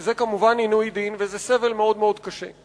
וזה כמובן עינוי דין, סבל מאוד מאוד קשה.